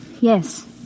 Yes